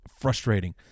frustrating